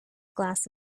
glass